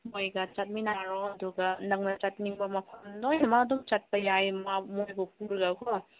ꯃꯣꯏꯒ ꯆꯠꯃꯤꯟꯅꯔꯣ ꯑꯗꯨꯒ ꯅꯪꯅ ꯆꯠꯅꯤꯡꯕ ꯃꯐꯝ ꯂꯣꯏꯅꯃꯛ ꯑꯗꯨꯝ ꯆꯠꯄ ꯌꯥꯏ ꯃꯥ ꯃꯣꯏꯕꯨ ꯄꯨꯔꯒꯀꯣ